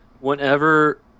whenever